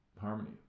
harmony